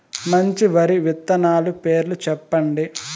మంచి వరి విత్తనాలు పేర్లు చెప్పండి?